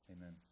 Amen